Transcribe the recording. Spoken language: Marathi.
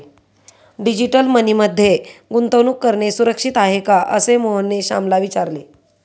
डिजिटल मनी मध्ये गुंतवणूक करणे सुरक्षित आहे का, असे मोहनने श्यामला विचारले